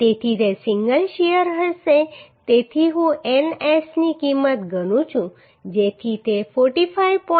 તેથી તે single shear હશે તેથી હું N s ની કિંમત ગણું છું જેથી તે 45